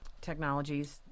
technologies